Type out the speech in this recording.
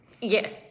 Yes